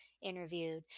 Interviewed